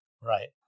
Right